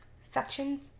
sections